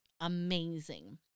amazing